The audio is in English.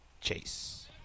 Chase